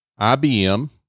IBM